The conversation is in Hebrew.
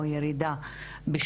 או ירידה,